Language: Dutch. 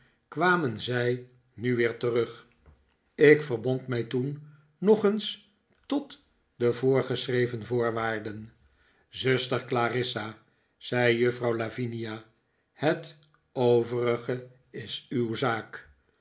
kwamen zij nu weer terug ik verbond mij toen nog eens tot de voorgeschreven voorwaarden zuster clarissa zei juffrouw lavinia het overige is uw zaak